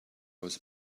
was